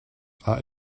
are